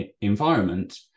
environment